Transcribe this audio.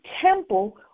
temple